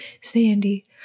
Sandy